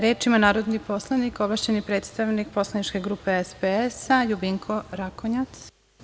Reč ima narodni poslanik, ovlašćeni predstavnik Poslaničke grupe SPS, Ljubinko Rakonjac.